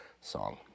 song